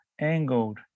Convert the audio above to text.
angled